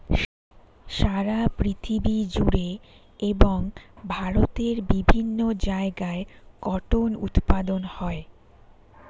সারা পৃথিবী জুড়ে এবং ভারতের বিভিন্ন জায়গায় কটন উৎপাদন হয়